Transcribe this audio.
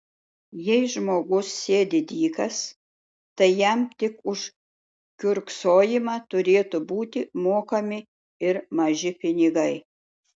jei žmogus sėdi dykas tai jam tik už kiurksojimą turėtų būti mokami ir maži pinigai